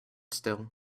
still